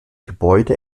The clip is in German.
gebäude